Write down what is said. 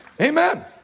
Amen